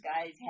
guy's